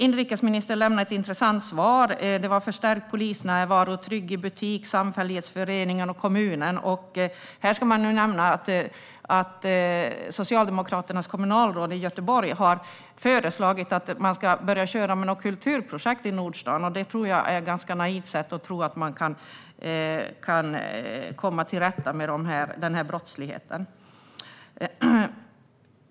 Inrikesministern lämnade ett intressant svar om förstärkt polisnärvaro, Trygg i butik, samfällighetsföreningen och kommunen. Här ska nämnas att Socialdemokraternas kommunalråd i Göteborg har föreslagit att man ska börja med något kulturprojekt i Nordstan. Jag tror att det är ganska naivt att tro att det är ett sätt att komma till rätta med brottsligheten.